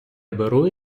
беру